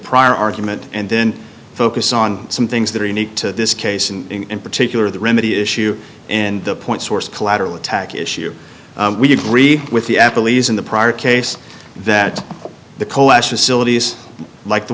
prior argument and then focus on some things that are unique to this case and in particular the remedy issue in the point source collateral attack issue we agree with the apple e's in the prior case that the